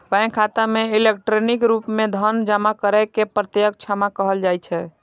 bank खाता मे electronic रूप मे धन जमा करै के प्रत्यक्ष जमा कहल जाइ छै